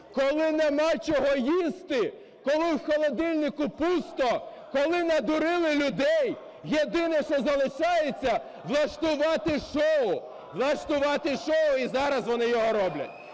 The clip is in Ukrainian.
коли нема чого їсти, коли в холодильнику пусто, коли надурили людей, єдине, що залишається, - влаштувати шоу, влаштувати шоу, і зараз вони його роблять.